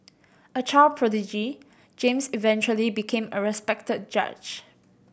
a child prodigy James eventually became a respected judge